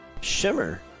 Shimmer